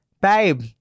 babe